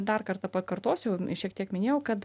dar kartą pakartosiu šiek tiek minėjau kad